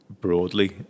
broadly